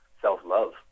self-love